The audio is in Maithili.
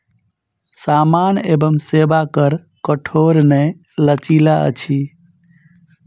सामान एवं सेवा कर कठोर नै लचीला अछि